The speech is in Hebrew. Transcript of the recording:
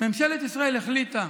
ממשלת ישראל החליטה